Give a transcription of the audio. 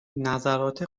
نظرات